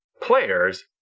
players